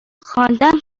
خواندن